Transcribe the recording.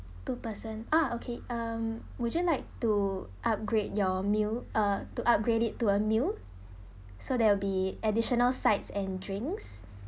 two person ah okay um would you like to upgrade your meal uh to upgrade it to a meal so there'll be additional sides and drinks